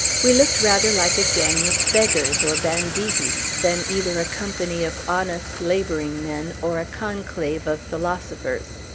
we looked rather like a gang of beggars, or banditti, than either a company of honest laboring-men, or a conclave of philosophers.